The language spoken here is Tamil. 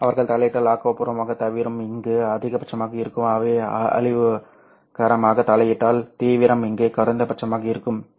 அவர்கள் தலையிட்டால் ஆக்கபூர்வமாக தீவிரம் இங்கு அதிகபட்சமாக இருக்கும் அவை அழிவுகரமாக தலையிட்டால் தீவிரம் இங்கே குறைந்தபட்சமாக இருக்கும் சரி